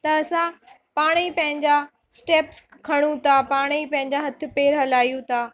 त असां पाण ई पंहिंजा स्टैप्स खणूं था पाण ई पंहिंजा हथ पेर हलायूं था